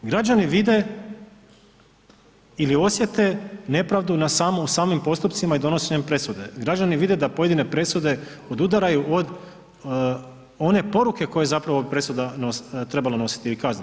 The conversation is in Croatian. Građani vide ili osjete nepravdu u samim postupcima i donošenjem presude, građani vide da pojedine presude odudaraju od one poruke koju bi zapravo presuda trebala nositi ili kazne.